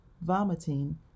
vomiting